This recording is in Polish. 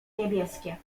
niebieskie